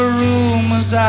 rumors